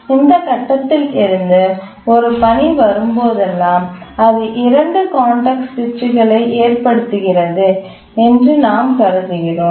எனவே இந்த கட்டத்தில் இருந்து ஒரு பணி வரும்போதெல்லாம் அது 2 கான்டெக்ஸ்ட் சுவிட்சுகளை ஏற்படுத்துகிறது என்று நாம் கருதுகிறோம்